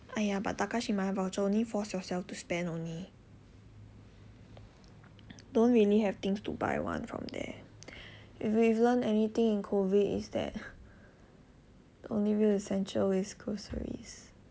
!aiya! but Takashimaya voucher only force yourself to spend only don't really have things to buy [one] from there if we've learnt anything in COVID it's that the only real essential is groceries